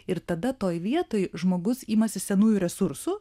ir tada toj vietoj žmogus imasi senųjų resursų